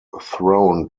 thrown